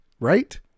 right